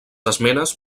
esmenes